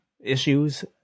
issues